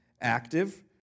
active